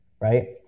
Right